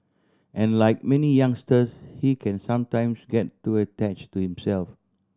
and like many youngsters he can sometimes get too attached to himself